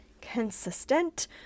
consistent